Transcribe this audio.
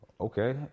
Okay